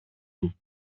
του